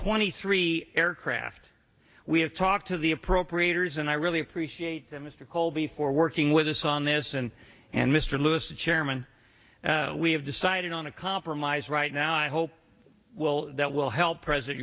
twenty three aircraft we have talked to the appropriators and i really appreciate them mr colby for working with us on this and and mr lewis the chairman we have decided on a compromise right now i hope you will that will help present